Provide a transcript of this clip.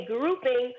grouping